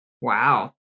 Wow